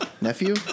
Nephew